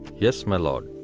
yes, my lord.